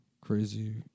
Crazy